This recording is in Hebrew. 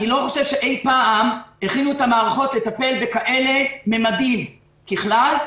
אני לא חושב שאי-פעם הכינו את המערכות לטפל בכאלה ממדים ככלל,